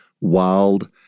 wild